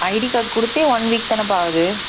ID card கொடுத்தே one week தானேப்பா ஆகுது